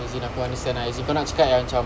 as in aku understand ah as in kau nak cakap yang macam